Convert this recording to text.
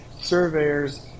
surveyors